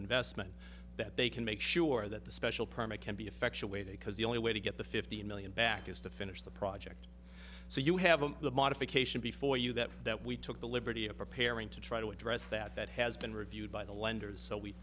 investment that they can make sure that the special permit can be effectuated because the only way to get the fifty million back is to finish the project so you have a the modification before you that that we took the liberty of preparing to try to address that that has been reviewed by the lenders so we